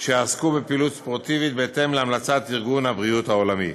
שעסקו בפעילות ספורטיבית בהתאם להמלצת ארגון הבריאות העולמי.